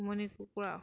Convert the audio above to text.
উমনি কুকুৰা